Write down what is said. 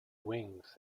wings